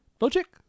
Logic